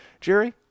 Jerry